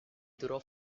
durò